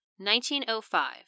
1905